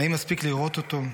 האם אספיק לראות אותו?